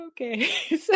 Okay